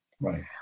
Right